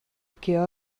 que